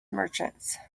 merchants